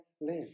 live